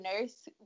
nurse